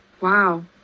Wow